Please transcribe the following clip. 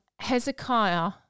Hezekiah